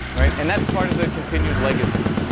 right? and that's part of the continued legacy,